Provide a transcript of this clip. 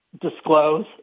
disclose